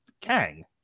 Kang